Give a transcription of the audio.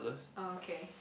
okay